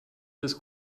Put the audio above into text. this